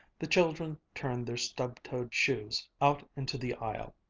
the children turned their stubbed-toed shoes out into the aisle,